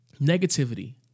negativity